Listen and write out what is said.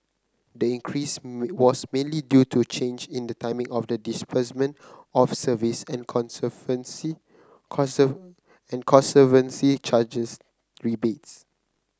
the increase was mainly due to a change in the timing of the disbursement of service and conservancy charges rebates